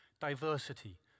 diversity